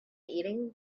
eating